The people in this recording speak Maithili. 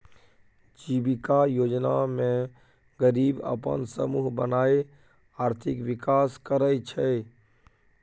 जीबिका योजना मे गरीब अपन समुह बनाए आर्थिक विकास करय छै